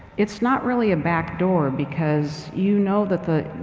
it's not really a back door, because you know that the